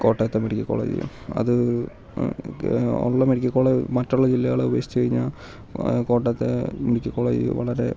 കോട്ടയത്തെ medical college അത് ഉള്ള മെഡിക്കൽ കോളജ് മറ്റുള്ള ജില്ലകളെ അപേക്ഷിച്ച് കഴിഞ്ഞാൽ കോട്ടയത്തെ മെഡിക്കൽ കോളേജ് വളരെ